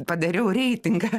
padariau reitingą